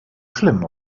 schlimm